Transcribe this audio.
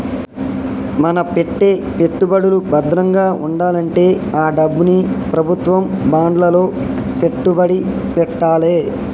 మన పెట్టే పెట్టుబడులు భద్రంగా వుండాలంటే ఆ డబ్బుని ప్రభుత్వం బాండ్లలో పెట్టుబడి పెట్టాలే